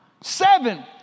seven